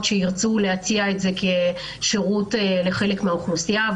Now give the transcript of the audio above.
שירצו להציע את זה כשירות לחלק מהאוכלוסייה,